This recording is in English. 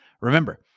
Remember